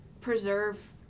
preserve